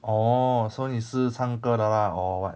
orh 所以你是唱歌的 lah or what